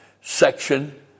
section